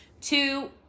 Two